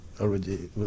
already